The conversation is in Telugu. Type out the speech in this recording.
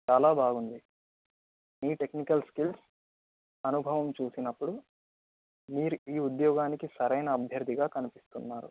చాలా బాగుంది మీ టెక్నికల్ స్కిల్స్ అనుభవం చూసినప్పుడు మీరు ఈ ఉద్యోగానికి సరైన అభ్యర్థిగా కనిపిస్తున్నారు